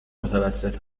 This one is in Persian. متوسط